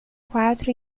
quatro